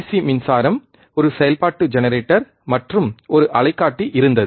C மின்சாரம் ஒரு செயல்பாட்டு ஜெனரேட்டர் மற்றும் ஒரு அலைக்காட்டி இருந்தது